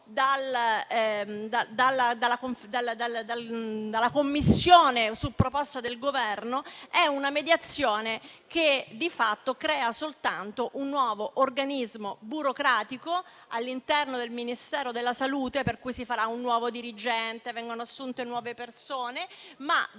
dalla Commissione su proposta del Governo di fatto crea soltanto un nuovo organismo burocratico all'interno del Ministero della salute, per cui si farà un nuovo dirigente e verranno assunte nuove persone, che di